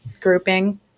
grouping